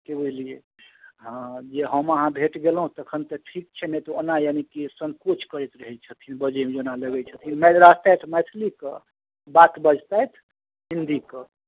फेर एलियै हँ जे हम अहाँ भेट गेलहुॅं तहन तऽ ठीक छै नहि तऽ ओना यानिकि सङ्कोच करैत रहै छथिन बजैमे जेना लगै छथिन नहि रहतैथि मैथलीके बात बजतैथ हिन्दीके